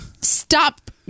stop